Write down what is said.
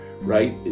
right